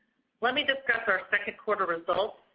when we discuss our second quarter results,